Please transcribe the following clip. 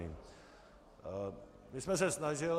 My jsme se snažili ...